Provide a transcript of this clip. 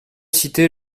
cité